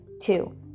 Two